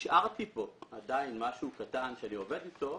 השארתי כאן עדיין משהו קטן שאני עובד אתו,